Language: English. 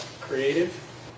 creative